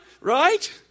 right